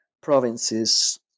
provinces